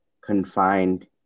confined